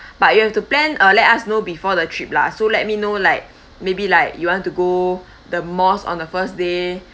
but you have to plan uh let us know before the trip lah so let me know like maybe like you want to go the mosque on the first day